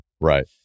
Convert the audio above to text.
Right